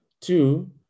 Two